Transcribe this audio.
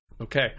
Okay